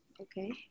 Okay